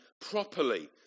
properly